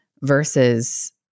versus